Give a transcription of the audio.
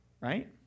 Right